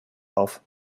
auf